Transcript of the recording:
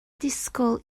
disgwyl